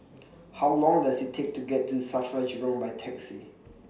How Long Does IT Take to get to SAFRA Jurong By Taxi